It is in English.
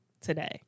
today